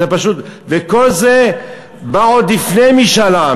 וכל זה בא עוד לפני משאל העם,